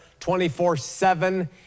24-7